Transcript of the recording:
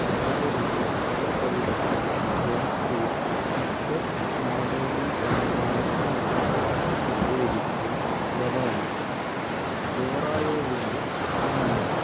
ബാബറിൻ്റെ പല കവിതകളും ജനപ്രിയ ഉസ്ബക്ക് നാടോടി ഗാനങ്ങളായി മാറി പ്രത്യേകിച്ച് ഷെറാലി ജോറായേവിൻ്റെ ഗാനങ്ങൾ